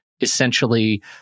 essentially